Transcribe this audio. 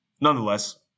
nonetheless